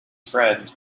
friend